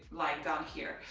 like, down here.